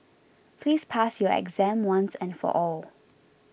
please pass your exam once and for all